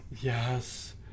Yes